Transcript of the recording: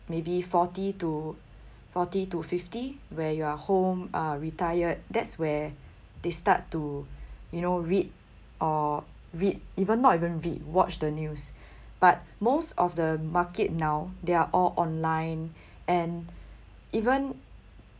maybe forty to forty to fifty where you are home uh retired that's where they start to you know read or read even not even read watch the news but most of the market now they're all online and even